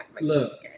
look